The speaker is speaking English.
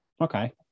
Okay